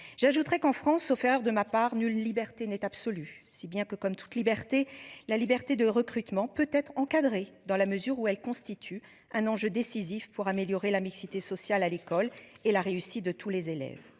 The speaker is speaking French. J'ajouterais qu'en France, sauf erreur de ma part nulle liberté n'est absolue. Si bien que, comme toute liberté, la liberté de recrutement peut être encadré dans la mesure où elle constitue un enjeu décisif pour améliorer la mixité sociale à l'école et la réussite de tous les élèves